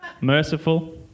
Merciful